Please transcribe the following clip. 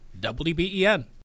WBEN